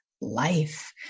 life